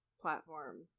platform